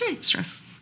stress